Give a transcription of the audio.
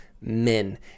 men